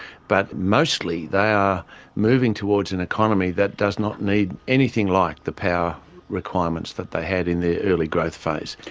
but mostly they are moving towards an economy that does not need anything like the power requirements that they had in their early growth phase.